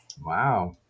Wow